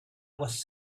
was